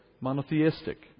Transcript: monotheistic